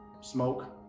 Smoke